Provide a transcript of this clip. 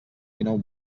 dinou